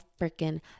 freaking